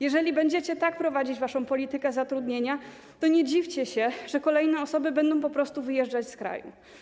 Jeżeli będziecie tak prowadzić waszą politykę zatrudnienia, to nie dziwcie się, że kolejne osoby będą po prostu wyjeżdżać z kraju.